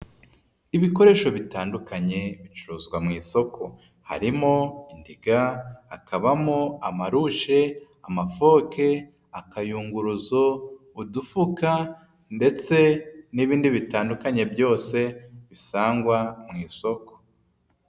Ibikoresho bitandukanye bicuruzwa mu isoko, harimo indiga, hakabamo amarushe, amafoke, akayunguruzo, udufuka ndetse n'ibindi bitandukanye byose bisangwa mu isoko.